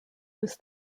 was